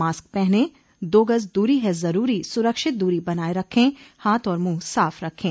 mask पहनें दो गज़ दूरी है ज़रूरी सुरक्षित दूरी बनाए रखें हाथ और मुंह साफ रखें